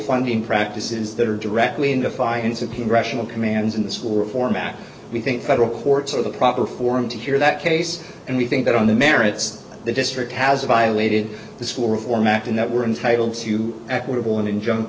funding practices that are directly in defiance of the rational commands in the school reform act we think federal courts are the proper forum to hear that case and we think that on the merits the district has violated the school reform act and that we're entitled to equitable and injun